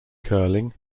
curling